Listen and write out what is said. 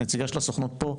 נציגה של הסוכנות פה,